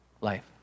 Life